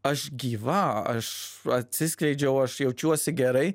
aš gyva aš atsiskleidžiau aš jaučiuosi gerai